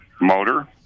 motor